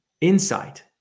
Insight